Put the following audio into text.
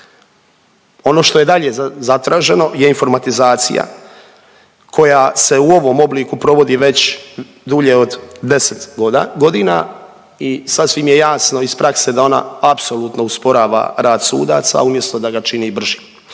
Ono što je dalje zatraženo je informatizacija koja se u ovom obliku provodi već dulje od 10.g. i sasvim je jasno iz prakse da ona apsolutno usporava rad sudaca umjesto da ga čini bržim.